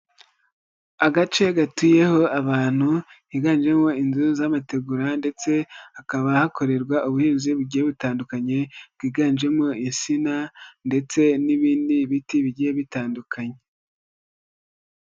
Agace gatuyeho abantu, higanjemo inzu z'amategura ndetse hakaba hakorerwa ubuhinzi bugiye butandukanye, bwiganjemo insina ndetse n'ibindi biti bigiye bitandukanye.